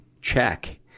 check